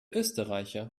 österreicher